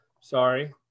Sorry